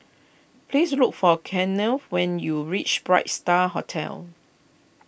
please look for Keanna when you reach Bright Star Hotel